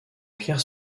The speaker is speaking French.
pierre